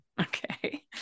Okay